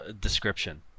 description